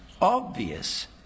obvious